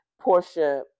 Portia